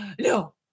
No